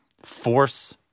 force